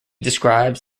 describes